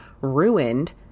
ruined